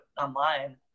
online